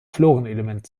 florenelement